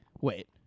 Wait